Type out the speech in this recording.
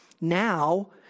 Now